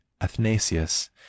Athanasius